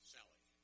Sally